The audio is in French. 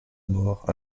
mort